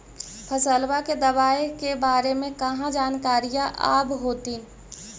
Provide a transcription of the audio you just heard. फसलबा के दबायें के बारे मे कहा जानकारीया आब होतीन?